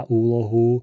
úlohu